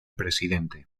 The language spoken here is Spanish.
presidente